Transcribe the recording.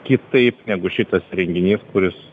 kitaip negu šitas įrenginys kuris